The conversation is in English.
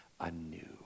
anew